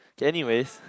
okay anyways